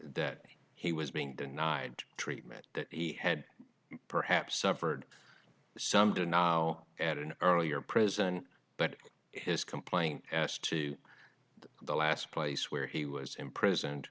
that he was being denied treatment that he had perhaps suffered some did now at an earlier prison but his complaint as to the last place where he was imprisoned